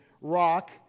rock